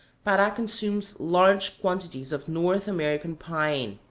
para consumes large quantities of north american pine.